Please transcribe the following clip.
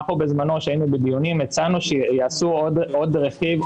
אנחנו בזמנו כשהיינו בדיונים הצענו שיעשו עוד רכיב,